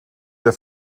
der